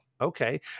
okay